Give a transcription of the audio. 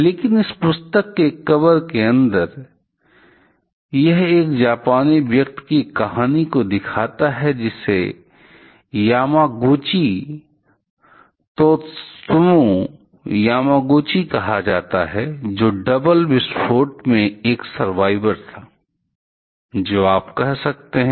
लेकिन इस पुस्तक के कवर के अंदर यह एक जापानी व्यक्ति की कहानी को दिखाता है जिसे यामागुची त्सुतोमु यामागुची कहा जाता हैजो डबल विस्फोट में से एक सर्वोइवर था जो आप कह सकते हैं